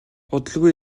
удалгүй